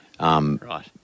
Right